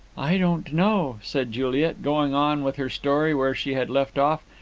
i don't know, said juliet, going on with her story where she had left off,